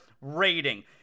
rating